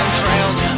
trails